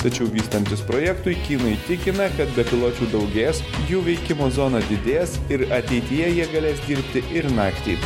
tačiau vystantis projektui kinai tikina kad bepiločių daugės jų veikimo zona didės ir ateityje jie galės dirbti ir naktį